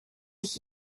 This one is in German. ich